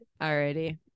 Alrighty